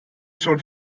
schon